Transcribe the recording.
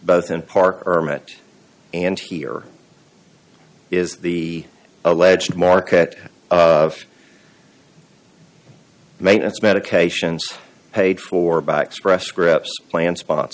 both in parker met and here is the alleged market of maintenance medications paid for by express scripts plan spo